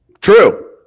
True